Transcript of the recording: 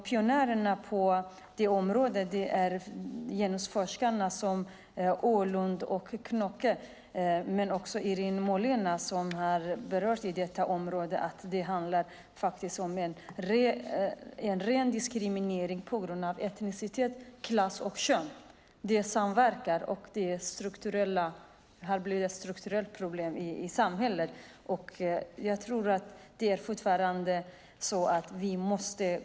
Pionjärerna på det området var genusforskarna Ålund och Knocke, men även Irene Molina har berört detta område. Det handlar om ren diskriminering på grund av etnicitet, klass och kön. Det har blivit ett strukturellt problem i samhället. Jag tror att det fortfarande är så.